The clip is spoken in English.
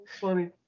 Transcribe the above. funny